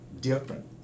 different